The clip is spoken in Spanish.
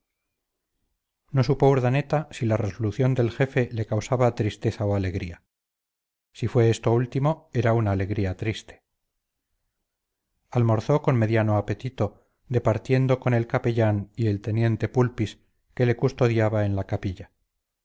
no supo urdaneta si la resolución del jefe le causaba tristeza o alegría si fue esto último era una alegría triste almorzó con mediano apetito departiendo con el capellán y el teniente pulpis que le custodiaba en la capilla